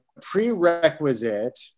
prerequisite